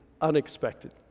unexpected